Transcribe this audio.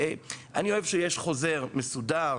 אני אוהב שיש חוזר מסודר,